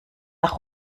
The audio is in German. nach